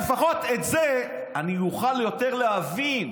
לפחות את זה אני אוכל יותר להבין.